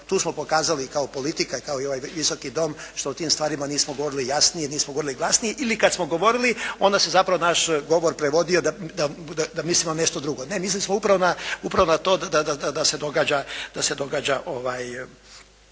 Tu smo pokazali i kao politika i kao ovaj Visoki dom što o tim stvarima nismo govorili jasnije, nismo govorili kasnije ili kad smo govorili onda se zapravo naš govor prevodio da mislimo nešto drugo. Ne mislili smo upravo na to da se događa,